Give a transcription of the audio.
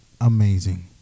amazing